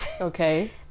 Okay